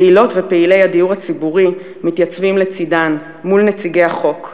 פעילות ופעילי הדיור הציבורי מתייצבים לצדן מול נציגי החוק,